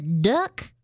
duck